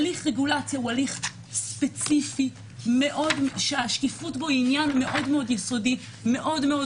הליך רגולציה הוא הליך ספציפי שהשקיפות בו היא עניין מאוד יסודי וחיוני.